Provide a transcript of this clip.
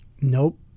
Nope